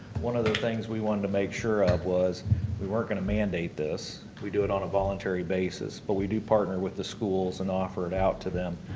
one of the things we wanted to make sure of was we weren't going to mandate this. we do it on a voluntary basis. but we do partner with the schools and offer it out to them.